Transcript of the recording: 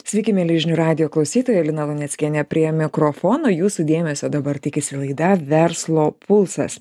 sveiki mieli žinių radijo klausytojai lina luneckienė prie mikrofono jūsų dėmesio dabar tikisi laida verslo pulsas